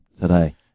today